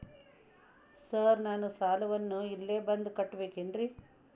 Sir ನಾನು ಸಾಲವನ್ನು ಇಲ್ಲೇ ಬಂದು ಕಟ್ಟಬೇಕೇನ್ರಿ?